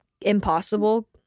Impossible